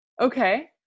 okay